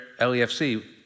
LEFC